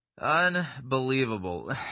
Unbelievable